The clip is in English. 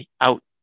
out